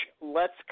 lets